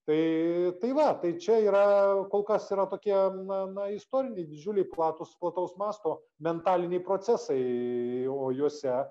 tai tai va tai čia yra kol kas yra tokie na na istoriniai didžiulai platūs plataus masto mentaliniai procesai o juose